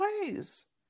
ways